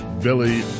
Billy